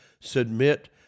submit